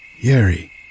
Yeri